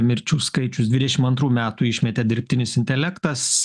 mirčių skaičius dvidešim antrų metų išmetė dirbtinis intelektas